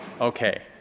Okay